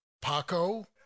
Paco